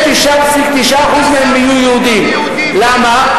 99.9% מהם יהיו יהודים, למה?